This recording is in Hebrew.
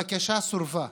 בקשתם סורבה.